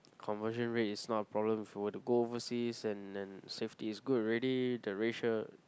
conversion rate is not a problem for you to go overseas and and safety is good already the racial